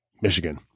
Michigan